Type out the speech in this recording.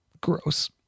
Gross